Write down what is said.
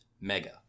Mega